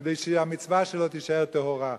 כדי שהמצווה שלו תישאר טהורה.